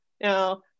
Now